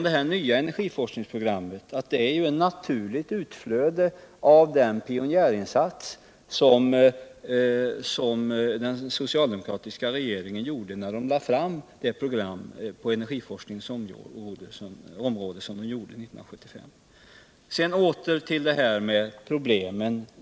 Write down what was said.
Det nya energiforskningsprogrammoet är ett naturligt utflöde av den pionjärinsats som den socialdemokratiska regeringen gjorde när den år 1975 lade fråm sitt program på energiforskningens område.